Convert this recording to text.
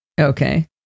Okay